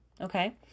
Okay